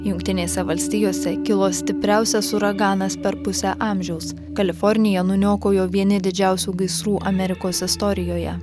jungtinėse valstijose kilo stipriausias uraganas per pusę amžiaus kaliforniją nuniokojo vieni didžiausių gaisrų amerikos istorijoje